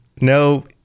no